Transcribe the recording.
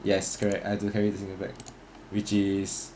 yes correct I have to carry the signal pack which is